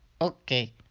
Okay